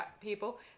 people